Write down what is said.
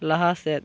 ᱞᱟᱦᱟ ᱥᱮᱫ